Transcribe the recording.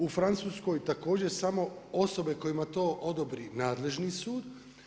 U Francuskoj također samo osobe kojima to odobri nadležni sud.